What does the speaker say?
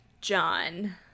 john